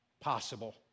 possible